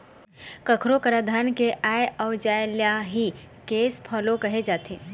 कखरो करा धन के आय अउ जाय ल ही केस फोलो कहे जाथे